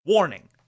Warning